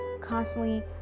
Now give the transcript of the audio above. constantly